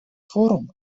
форум